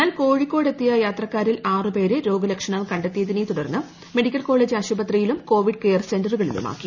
എന്നാൽ കോഴിക്കോട് എത്തിയ യാത്രക്കാരിൽ ആറുപേരെ രോഗലക്ഷണം കണ്ടെത്തിയതിനെ തുടർന്ന് മെഡിക്കൽ കോളെജ് ആശുപത്രിയിലും കോവിഡ് കെയർ സെന്ററുകളിലുമാക്കി